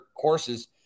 courses